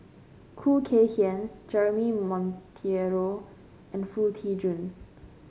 Khoo Kay Hian Jeremy Monteiro and Foo Tee Jun